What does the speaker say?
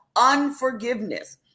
unforgiveness